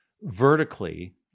vertically